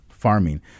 farming